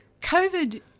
COVID